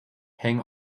hang